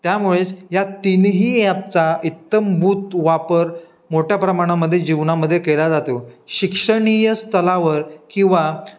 त्यामुळेच या तिन्ही ॲपचा इत्थंभूत वापर मोठ्या प्रमाणामध्ये जीवनामध्ये केल्या जातो शिक्षणीय स्तरावर किंवा